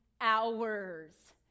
hours